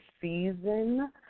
season